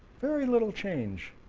very little change.